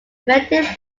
effective